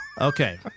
Okay